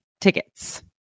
tickets